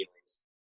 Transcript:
feelings